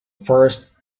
first